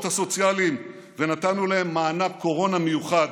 הסוציאליים ונתנו להם מענק קורונה מיוחד.